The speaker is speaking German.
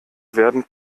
werden